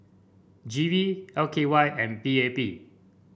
G V L K Y and P A P